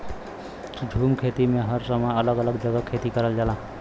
झूम खेती में हर समय अलग अलग जगह खेती करल जाला